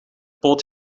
poot